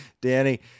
Danny